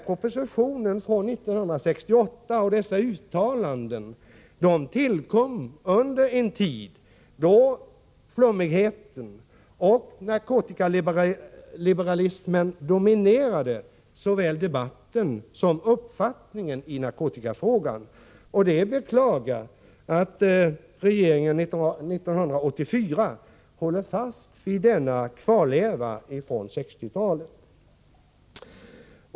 Propositionen från 1968 och dessa uttalanden tillkom under en tid då flummigheten och narkotikaliberalismen dominerade såväl debatten som uppfattningen i narkotikafrågan. Det är att beklaga att regeringen 1984 håller fast vid denna kvarleva från 1960-talet.